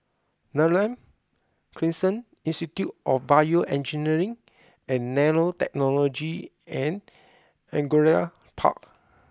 Neram Crescent Institute of BioEngineering and Nanotechnology and Angullia Park